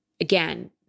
again